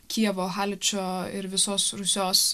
kijevo haličo ir visos rusios